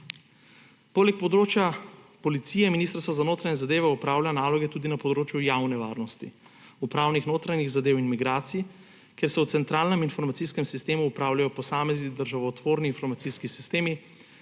Poleg področja policije Ministrstvo za notranje zadeve opravlja naloge tudi na področju javne varnosti, upravnih notranjih zadev in migracij, ker se v centralnem informacijskem sistemu opravljajo posamezni državotvorni informacijski sistemi,